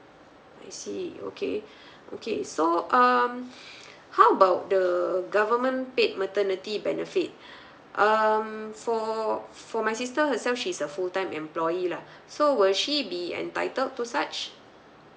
I see okay okay so um how about the government paid maternity benefit um for for my sister herself she's a full time employee lah so will she be entitled to such